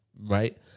right